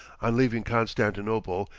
on leaving constantinople,